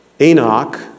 Enoch